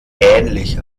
ähnlich